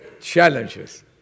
Challenges